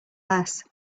less